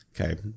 Okay